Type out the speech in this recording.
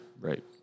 Right